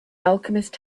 alchemist